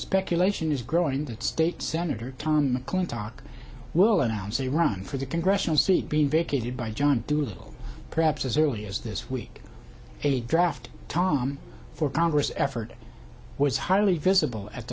speculation is growing that state senator tom mcclintock will announce a run for the congressional seat being vacated by john doolittle perhaps as early as this week a draft tom for congress effort was highly visible at